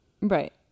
Right